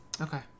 Okay